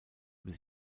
bis